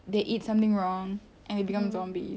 they eat something wrong and they become zombies